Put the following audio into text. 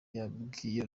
yabwiye